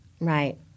Right